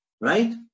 right